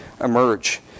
emerge